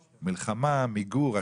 מלחמה, מיגור, השמדה.